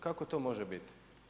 Kako to može bit?